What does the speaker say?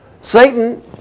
Satan